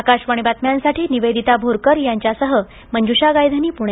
आकाशवाणी बातम्यांसाठी निवेदिता भोरकर यांच्यासह मंजुषा गायधनी पुणे